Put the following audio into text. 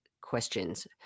questions